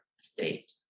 state